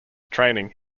training